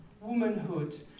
womanhood